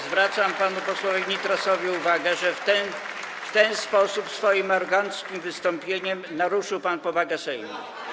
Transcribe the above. Zwracam panu posłowi Nitrasowi uwagę, że w ten sposób, swoim aroganckim wystąpieniem, naruszył pan powagę Sejmu.